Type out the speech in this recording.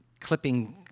clipping